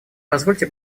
позвольте